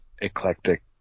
eclectic